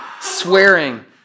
swearing